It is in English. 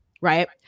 Right